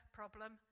problem